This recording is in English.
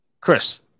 Chris